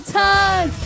time